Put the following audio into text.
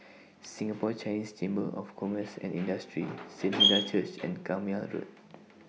Singapore Chinese Chamber of Commerce and Industry Saint Hilda's Church and Carpmael Road